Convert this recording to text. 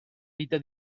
vita